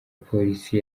polisi